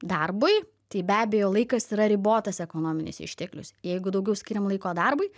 darbui tai be abejo laikas yra ribotas ekonominis išteklius jeigu daugiau skiriam laiko darbui